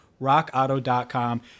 rockauto.com